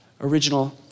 original